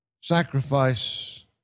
sacrifice